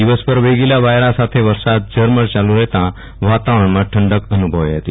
દિવસભર વેગીલા વાયરા સાથે વરસાદી ઝરમર ચાલુ રેહતા વાતાવરણમાં ઠંડક અનુભવાઈ હતી